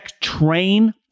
train